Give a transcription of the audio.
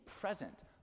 present